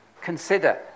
Consider